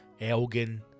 Elgin